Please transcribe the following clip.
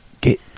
get